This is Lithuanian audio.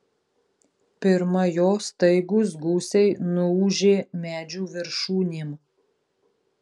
pirma jo staigūs gūsiai nuūžė medžių viršūnėm